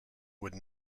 would